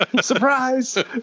Surprise